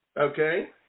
okay